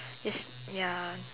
just ya